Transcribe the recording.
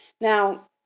now